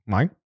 Mike